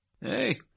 Hey